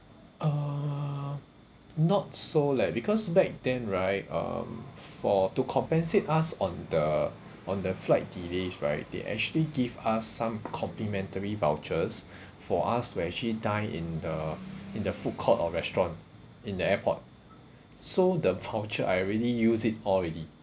uh not so leh because back then right um for to compensate us on the on the flight delays right they actually give us some complimentary vouchers for us to actually dine in the in the food court or restaurant in the airport so the voucher I already use it already